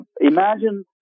imagine